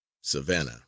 Savannah